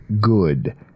good